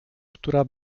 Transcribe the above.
która